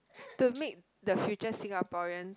to make the future Singaporean